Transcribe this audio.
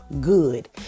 good